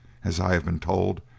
as i have been told,